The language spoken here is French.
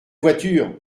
voiture